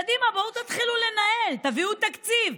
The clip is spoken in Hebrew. קדימה, בואו תתחילו לנהל, תביאו תקציב.